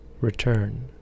return